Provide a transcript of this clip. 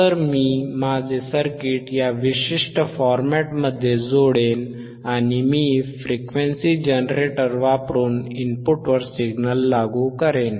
तर मी माझे सर्किट या विशिष्ट फॉरमॅटमध्ये जोडेन आणि मी फ्रिक्वेन्सी जनरेटर वापरून इनपुटवर सिग्नल लागू करेन